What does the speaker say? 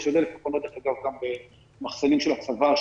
--- גם במחסנים של הצבא,